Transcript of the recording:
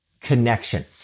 connection